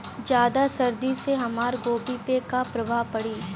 ज्यादा सर्दी से हमार गोभी पे का प्रभाव पड़ी?